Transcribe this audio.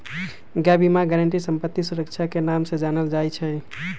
gap बीमा के guarantee संपत्ति सुरक्षा के नाम से जानल जाई छई